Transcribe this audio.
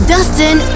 Dustin